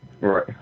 Right